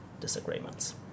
disagreements